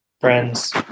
friends